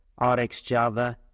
RxJava